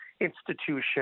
institution